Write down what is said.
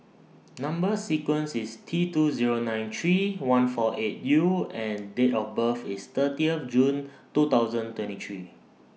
Number sequence IS T two Zero nine three one four eight U and Date of birth IS thirtieth June two thousand twenty three